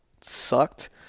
sucked